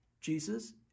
Jesus